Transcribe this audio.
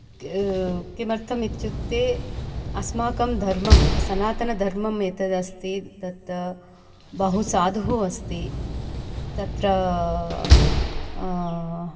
किमर्थमित्युक्ते अस्माकं धर्मं सनातनधर्मं यत् तदस्ति तत् बहु साधुः अस्ति तत्र